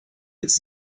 its